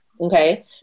okay